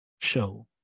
show